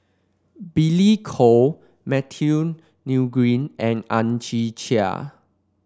Billy Koh Matthew Ngui and Ang Chwee Chai